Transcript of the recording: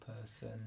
person